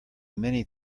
many